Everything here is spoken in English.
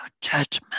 judgment